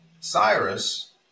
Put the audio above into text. Cyrus